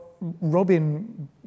Robin